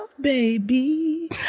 baby